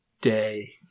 day